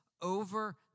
over